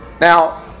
Now